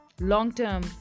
long-term